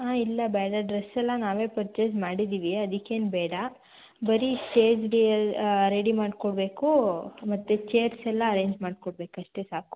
ಹಾಂ ಇಲ್ಲ ಬೇಡ ಡ್ರಸ್ಸೆಲ್ಲ ನಾವೇ ಪರ್ಚೆಸ್ ಮಾಡಿದ್ದೀವಿ ಅದಕ್ಕೇನ್ ಬೇಡ ಬರಿ ಸ್ಟೇಜಿಗೆ ಎಲ್ಲ ರೆಡಿ ಮಾಡಿಕೊಡ್ಬೇಕು ಮತ್ತು ಚೇರ್ಸೆಲ್ಲ ಅರೇಂಜ್ ಮಾಡ್ಕೊಡ್ಬೇಕು ಅಷ್ಟೇ ಸಾಕು